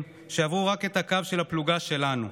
שעברו רק את הקו של הפלוגה שלנו.